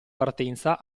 partenza